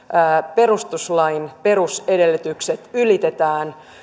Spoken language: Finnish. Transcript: perustuslain perusedellytykset ylitetään